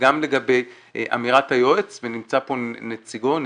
גם לגבי אמירת היועץ ונמצאת פה נציגתו